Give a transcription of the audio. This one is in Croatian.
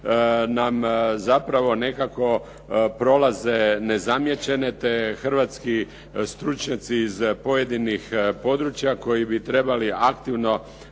zapravo nam nekako prolaze nezamijećene, te hrvatski stručnjaci iz pojedinih područja koji bi trebali aktivno